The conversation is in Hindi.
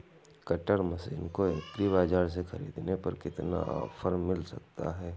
कटर मशीन को एग्री बाजार से ख़रीदने पर कितना ऑफर मिल सकता है?